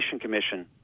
Commission